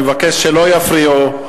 אני מבקש שלא יפריעו.